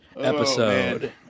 episode